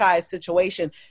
situation